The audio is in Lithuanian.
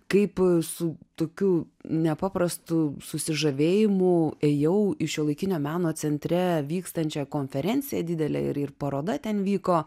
kaip su tokiu nepaprastu susižavėjimu ėjau į šiuolaikinio meno centre vykstančią konferenciją didelę ir ir paroda ten vyko